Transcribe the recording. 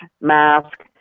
mask